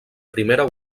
primera